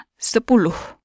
sepuluh